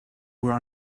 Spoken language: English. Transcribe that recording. were